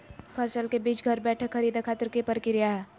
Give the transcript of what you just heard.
फसल के बीज घर बैठे खरीदे खातिर की प्रक्रिया हय?